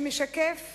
שמשקף